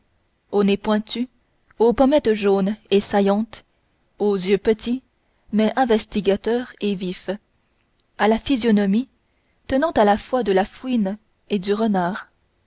au nez pointu aux pommettes jaunes et saillantes aux yeux petits mais investigateurs et vifs à la physionomie tenant à la fois de la fouine et du renard